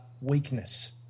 weakness